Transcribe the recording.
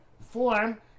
form